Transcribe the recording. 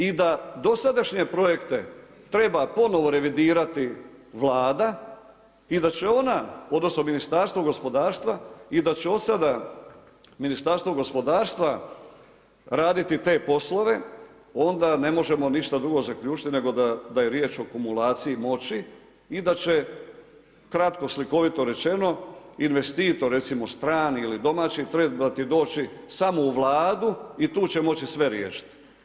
I da dosadašnje projekte treba ponovno revidirati Vlada i da će ona, odnosno, Ministarstvo gospodarstva, i da će od sada Ministarstvo gospodarstva raditi te poslove, onda ne možemo ništa drugo zaključiti nego da je riječ o kumulaciji moći i da će kratko, slikovito rečeno, investitor, recimo strani ili domaći, trebati doći samo u Vladu i tu će moći sve riješiti.